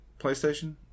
PlayStation